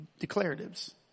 declaratives